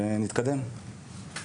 ונתקדם,